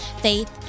faith